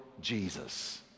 Jesus